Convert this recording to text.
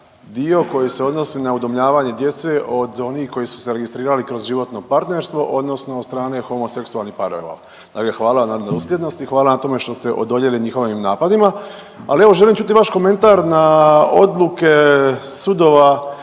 dio koji se odnosi na udomljavanje djece od onih koji su se registrirali kroz životno partnerstvo odnosno od strane homoseksualnih parova. Dakle, hvala vam na dosljednosti, hvala vam na tome što ste odoljeli njihovim napadima. Ali evo želim čuti vaš komentar na odluke sudova